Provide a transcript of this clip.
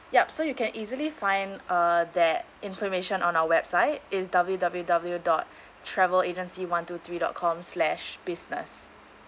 yup so you can easily find uh that information on our website is W_W_W dot travel agency one two three dot com slash business